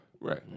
right